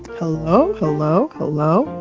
hello, hello, hello?